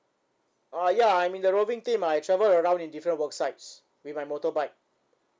ah ya I'm in the roving team I travel around in different worksites with my motorbike